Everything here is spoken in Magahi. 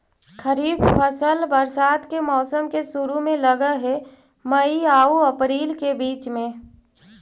खरीफ फसल बरसात के मौसम के शुरु में लग हे, मई आऊ अपरील के बीच में